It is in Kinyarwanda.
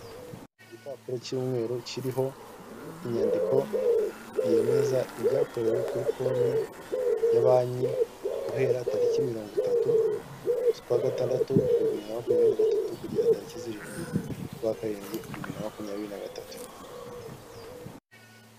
Ifishi iri ku rupapuro rw'umweru yanditse mu magambo y'umukara igaragaza ko imyirondoro yatanzwe ahakurikira ari iy'umukozi wizewe, imyirondoro harimo amazina aha agiye umukono, itariki n'icyemezo cyibyemeza.